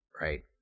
right